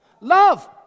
Love